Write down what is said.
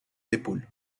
épaules